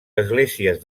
esglésies